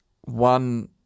one